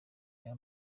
reba